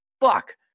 fuck